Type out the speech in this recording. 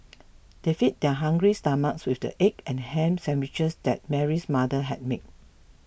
they fed their hungry stomachs with the egg and ham sandwiches that Mary's mother had made